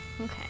Okay